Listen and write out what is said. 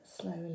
slowly